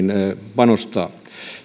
panostaa